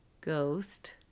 Ghost